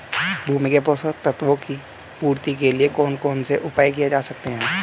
भूमि में पोषक तत्वों की पूर्ति के लिए कौन कौन से उपाय किए जा सकते हैं?